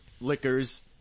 liquors